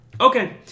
Okay